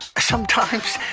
sometimes,